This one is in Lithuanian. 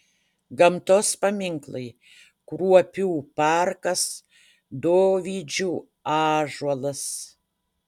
gamtos paminklai kruopių parkas dovydžių ąžuolas